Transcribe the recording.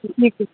है